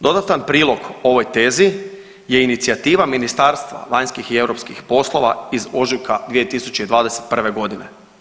Dodatan prilog ovoj tezi je inicijativa Ministarstva vanjskih i europskih poslova iz ožujka 2021. godine.